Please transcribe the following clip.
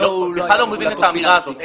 אני בכלל לא מבין את האמירה הזאת.